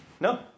No